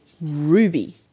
ruby